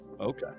Okay